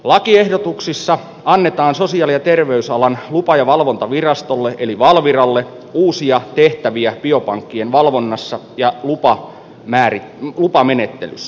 lakiehdotuksissa annetaan sosiaali ja terveysalan lupa ja valvontavirastolle eli valviralle uusia tehtäviä biopankkien valvonnassa ja lupamenettelyssä